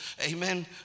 amen